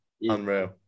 Unreal